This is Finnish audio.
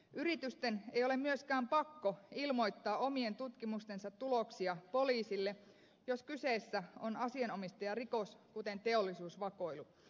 yritysten ei ole myöskään pakko ilmoittaa omien tutkimustensa tuloksia poliisille jos kyseessä on asianomistajarikos kuten teollisuusvakoilu